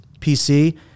PC